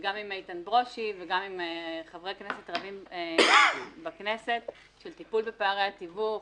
גם עם איתן ברושי וגם חברי כנסת רבים בכנסת של טיפול בפערי התיווך,